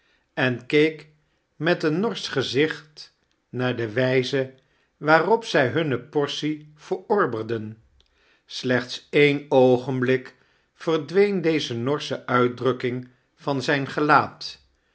en keek met een noirsch gezicht naar de wijze waarop zij hunne portie verorberden slechts een oogenblik verdween deze norsche uitdrukking van zijn gelaat